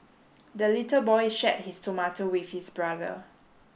the little boy shared his tomato with his brother